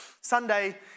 Sunday